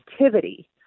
activity